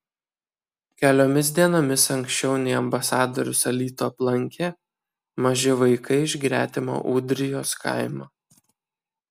keliomis dienomis anksčiau nei ambasadorius alytų aplankė maži vaikai iš gretimo ūdrijos kaimo